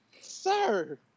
sir